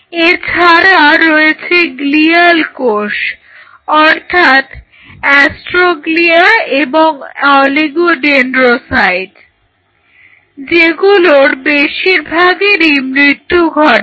এছাড়া রয়েছে গ্লিয়াল কোষ অর্থাৎ অ্যাস্ট্রোগ্লিয়া এবং অলিগোডেন্ড্রোসাইট যেগুলোর বেশিরভাগেরই মৃত্যু ঘটে